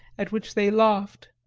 at which they laughed.